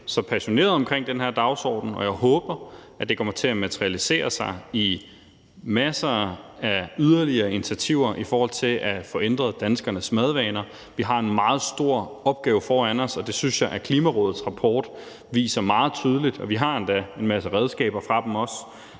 så passioneret om den her dagsorden, og jeg håber, at det kommer til at materialisere sig i masser af yderligere initiativer i forhold til at få ændret danskernes madvaner. Vi har en meget stor opgave foran os, og det synes jeg at Klimarådets rapport viser meget tydeligt. Vi har endda også en masse redskaber fra dem, så